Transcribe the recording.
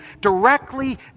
directly